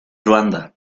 ruanda